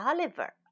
Oliver